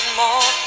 more